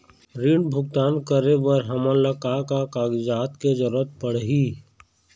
ऋण भुगतान करे बर हमन ला का का कागजात के जरूरत पड़ही?